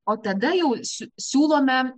o tada jau su siūlome